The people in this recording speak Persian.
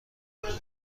بودی